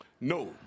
No